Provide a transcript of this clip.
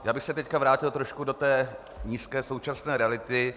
Já bych se teď vrátil trošku do té nízké současné reality.